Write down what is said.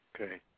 Okay